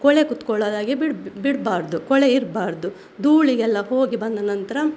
ಕೊಳೆ ಕೂತ್ಕೊಳ್ಳೋದಾಗಿ ಬಿಡಬಾರ್ದು ಕೊಳೆ ಇರಬಾರ್ದು ಧೂಳಿಗೆಲ್ಲ ಹೋಗಿ ಬಂದ ನಂತರ